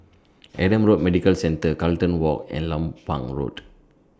Adam Road Medical Centre Carlton Walk and Lompang Road